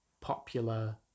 popular